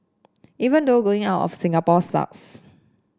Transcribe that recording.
even though going out of Singapore sucks